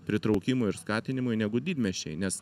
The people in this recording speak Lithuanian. pritraukimui ir skatinimui negu didmiesčiai nes